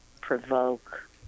provoke